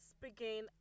begin